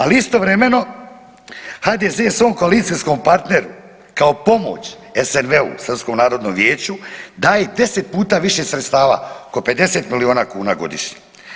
Ali istovremeno HDZ svom koalicijskom partneru kao pomoć SNV-u Srpskom narodnom vijeću daje 10 puta više sredstava oko 50 milijuna kuna godišnje.